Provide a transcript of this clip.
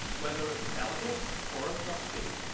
whether as a delegate or a trustee,